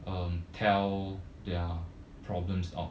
um tell their problems out